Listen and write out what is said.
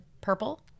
purple